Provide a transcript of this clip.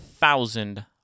thousand